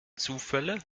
zufälle